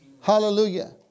Hallelujah